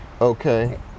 Okay